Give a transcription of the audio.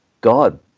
God